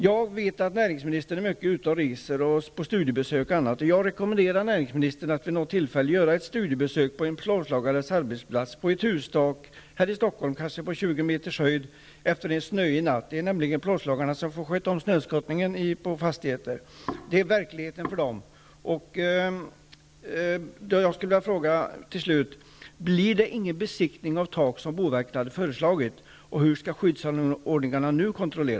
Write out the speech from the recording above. Jag vet att näringsministern är mycket ute och reser och gör studiebesök. Jag rekommenderar näringsministern att vid något tillfälle göra ett besök på en plåtslagares arbetsplats på ett hustak här i Stockholm, kanske på 20 meters höjd, efter en snöig natt. Det är nämligen plåtslagarna som får sköta om snöskottningen på fastigheterna. Det är verkligheten för dem.